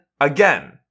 again